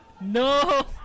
No